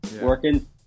working